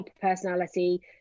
personality